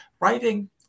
writing